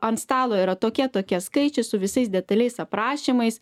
ant stalo yra tokie tokie skaičiai su visais detaliais aprašymais